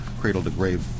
cradle-to-grave